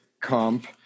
comp